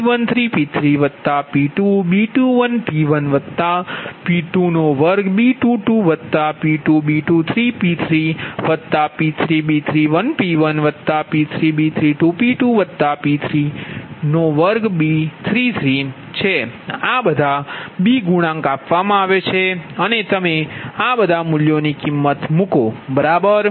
બધા B ગુણાંક આપવામાં આવે છે અને તમે આ બધા મૂલ્યોની કિમત મૂકો બરાબર